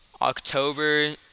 October